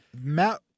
Matt